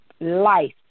life